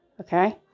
okay